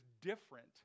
different